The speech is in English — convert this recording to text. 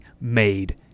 made